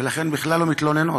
ולכן בכלל לא מתלוננות?